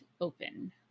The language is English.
open